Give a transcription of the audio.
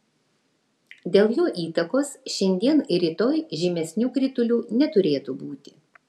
dėl jo įtakos šiandien ir rytoj žymesnių kritulių neturėtų būti